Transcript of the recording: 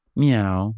meow